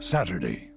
Saturday